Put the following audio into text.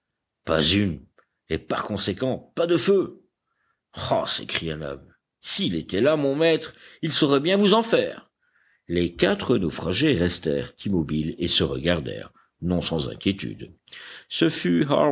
pas une et par conséquent pas de feu ah s'écria nab s'il était là mon maître il saurait bien vous en faire les quatre naufragés restèrent immobiles et se regardèrent non sans inquiétude ce fut